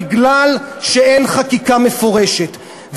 כי אין חקיקה מפורשת.